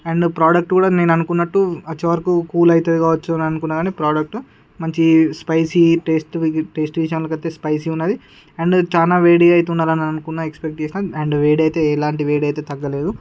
and product కూడా నేను అనుకున్నట్టు వచ్చేవరకు కూల్ అయితే కావచ్చు అని అనుకున్నాను కానీ ప్రొడక్ట్ మంచి స్పైసి టేస్టీ టేస్ట్ విషయానికి వస్తే స్పైసీ ఉన్నది అండ్ చాలా వేడిగైతే ఉండాలనుకున్నా ఎక్స్పెక్టేషన్ చేసినా అండ్ వేడి అయితే ఎలాంటి వేడి అయితే తగ్గలేదు